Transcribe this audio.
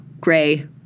gray